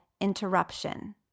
interruption